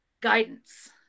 guidance